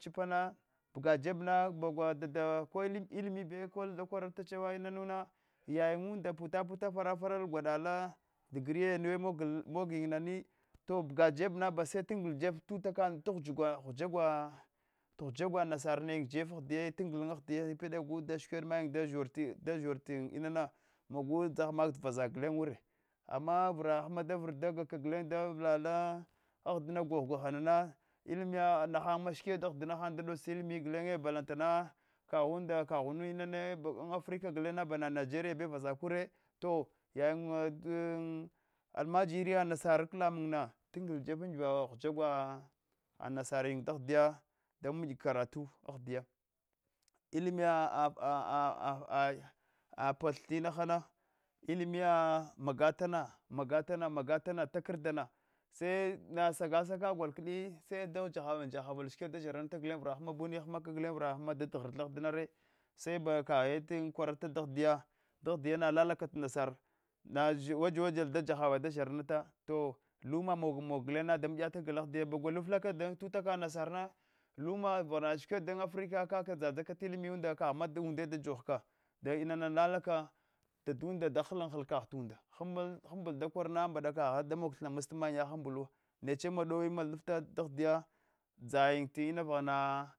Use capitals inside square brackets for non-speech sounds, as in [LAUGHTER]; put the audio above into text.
Chippa na buga jebna tagwa dada ko thini be ghva kularananta chewa ina nuna nayinda puta puta fara faral gwada degree ye nowe mogh- moghiyina buga jeb kana base tangla jebe bata ghukgula nasara nayin jefa dahifiya nago skikwed mayin dazhoral tinana bagu da dzahakat vazak bure gulenye ama vra hamaka davra dagaka gulenye davla ala ahdina gweh- gwehana limlya tabanma shikulent da dotsahdina haunye gulanye balantana kaghun inana baba an africa gulenye bana nigeria beu vazak kure to [UNINTELLIGIBLE] almadiriya nadir kag alan lamuna na tangj jafun tabga ghwagwa nasar da miya chimiya karatu ahdiya umiya araa poth tina inahana limitta maga tana maga tana maga tana takardoma sena sagasaka gol kei jahavan jauavla shinkulent da zharanata zhorla ura hammabune hamaka nare gulenye ghrdata ahdiya sabakiah beu da kwaratarta dahdiya nara lablaka nasera na nzhiwa waja waja da zharanate to lumaha mogo gulenyya da miyata gol ndaga ahdiya bagwa liflaks dat utaka nasarna luma vaglana shikwat dan africa kaka dzadzaka ta uimiyumd kagh ina unde da joluka dawa inana lalaka dadunda da halkagh ta unda hanbuch hanbuch da koral mbadta kagh da arwg fhina insta maunya hambulu neche madowi dzayin tina vagha na